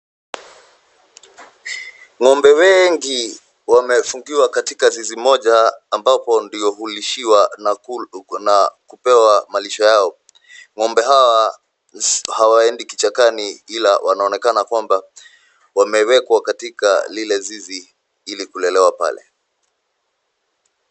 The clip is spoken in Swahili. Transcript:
Ngombe wengi wamefungiwa katika zizi moja ambapo ndio hulishiwa na kupewa malisho yao. Ngombe hawa hawaendi kichakani ila wanaonekana kwamba wamewekwa kwenye lile zizi ili kulelewa pale.